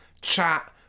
chat